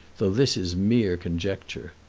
though this is mere conjecture.